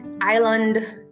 island